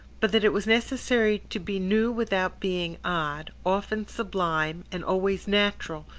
but that it was necessary to be new without being odd, often sublime and always natural,